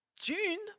June